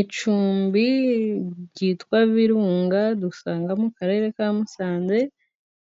Icumbi ryitwa Virunga dusanga mu Karere ka Musanze,